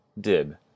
Dib